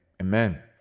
amen